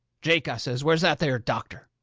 jake, i says, where's that there doctor?